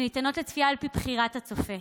וניתנות לצפייה על פי בחירת הצופה,